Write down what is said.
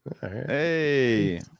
hey